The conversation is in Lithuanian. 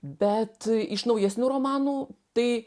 bet iš naujesnių romanų tai